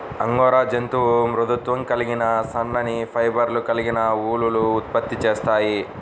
angora జంతువు మృదుత్వం కలిగిన సన్నని ఫైబర్లు కలిగిన ఊలుని ఉత్పత్తి చేస్తుంది